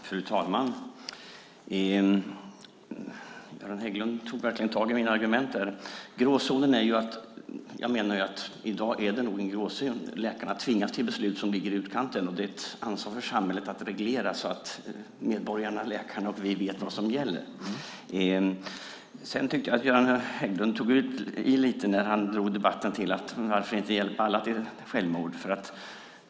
Fru talman! Göran Hägglund tog verkligen tag i mina argument. Gråzonen är, menar jag, att läkarna tvingas till beslut som ligger i utkanten, och det är ett ansvar för samhället att reglera så att medborgarna, läkarna och vi vet vad som gäller. Jag tycker vidare att Göran Hägglund tog i lite när han drog debatten till att varför inte hjälpa alla till självmord.